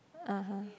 (uh huh)